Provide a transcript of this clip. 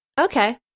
Okay